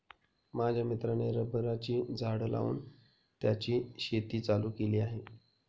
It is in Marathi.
माझ्या मित्राने रबराची झाडं लावून त्याची शेती चालू केली आहे